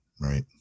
right